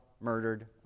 murdered